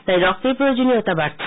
তাই রক্তের প্রয়োজনীয়তা বাড়ছে